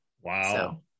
Wow